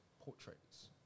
portraits